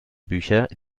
bücher